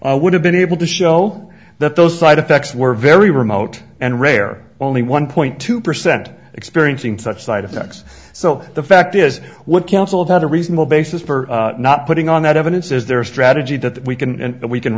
found would have been able to show that those side effects were very remote and rare only one point two percent experiencing such side effects so the fact is what counsel have a reasonable basis for not putting on that evidence is there a strategy that we can and we can